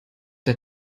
der